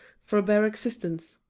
for a bare existence,